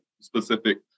specific